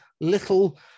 little